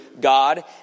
God